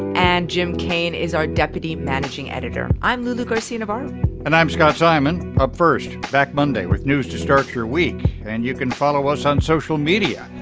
and jim kane is our deputy managing editor. i'm lulu garcia-navarro and i'm scott simon. up first back monday with news to start your week. and you can follow us on social media.